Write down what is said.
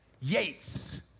Yates